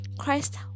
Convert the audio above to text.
Christ